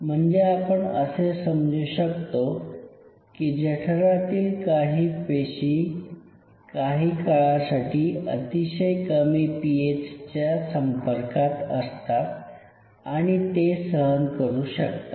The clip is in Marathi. म्हणजे आपण असे समजू शकतो की जठरातील पेशी काही काळासाठी अतिशय कमी पीएच च्या संपर्कात असतात आणि ते सहन करू शकतात